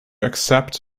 accept